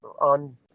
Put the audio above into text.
on